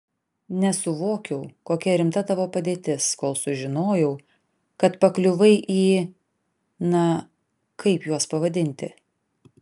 nesuvokiau kokia rimta tavo padėtis kol sužinojau kad pakliuvai į na kaip juos pavadinti